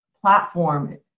platform